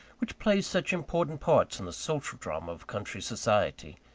which play such important parts in the social drama of country society.